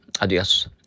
adios